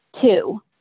two